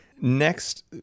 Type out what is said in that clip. Next